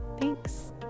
thanks